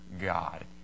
God